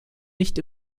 nicht